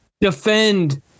defend